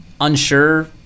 unsure